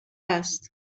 است